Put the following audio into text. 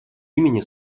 имени